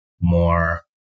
more